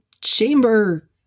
Chamber